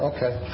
Okay